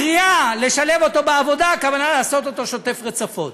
בקריאה לשלב אותו בעבודה הכוונה לעשות אותו שוטף רצפות.